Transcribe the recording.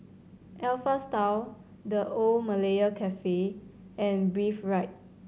Alpha Style The Old Malaya Cafe and Breathe Right